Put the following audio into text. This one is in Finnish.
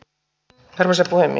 hämmästyttävää